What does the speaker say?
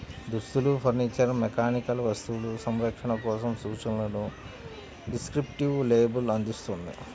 దుస్తులు, furniture, mechanical వస్తువులు, సంరక్షణ కోసం సూచనలను డిస్క్రిప్టివ్ లేబుల్ అందిస్తుంది